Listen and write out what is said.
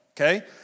okay